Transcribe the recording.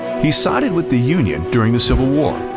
he sided with the union during the civil war.